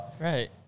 Right